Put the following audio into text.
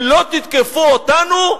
אם לא תתקפו אותנו,